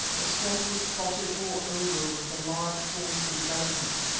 the swamp was spotted all over with the large forms of the elephants,